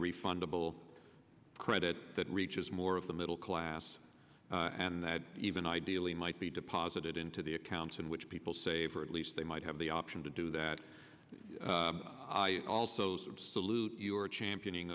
refundable credit that reaches more of the middle class and that even ideally might be deposited into the accounts in which people save or at least they might have the option to do that also some salute your championing